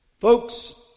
Folks